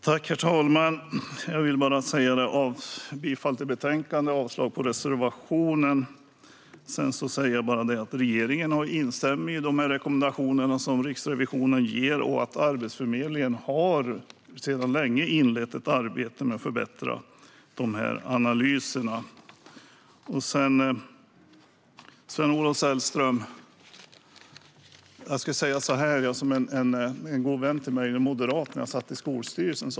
Herr talman! Jag yrkar bifall till utskottets förslag till beslut och avslag på reservationen. Regeringen instämmer i Riksrevisionens rekommendationer, och Arbetsförmedlingen har sedan länge inlett ett arbete med att förbättra analyserna. Sedan ska jag säga till dig, Sven-Olof Sällström, som en god vän till mig, en moderat, sa till mig när jag satt i skolstyrelsen.